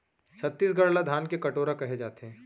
छत्तीसगढ़ ल धान के कटोरा कहे जाथे